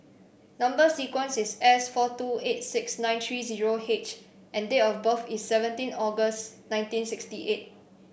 number sequence is S four two eight six nine three zero H and date of birth is seventeen August nineteen sixty eight